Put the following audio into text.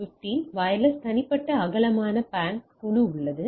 15 wireless தனிப்பட்ட அகலமான PAN குழு உள்ளது